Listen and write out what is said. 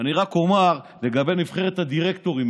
רק אומר לגבי נבחרת הדירקטורים,